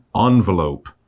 envelope